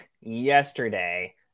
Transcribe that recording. yesterday